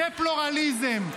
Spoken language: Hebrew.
זה פלורליזם,